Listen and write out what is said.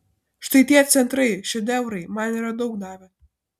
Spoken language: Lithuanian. štai tie centrai šedevrai man yra daug davę